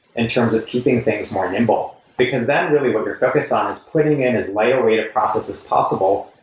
in terms of keeping things more nimble. because then really what you're focused on ah is putting in as lighter weight a process as possible,